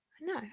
no